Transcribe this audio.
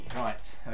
right